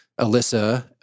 Alyssa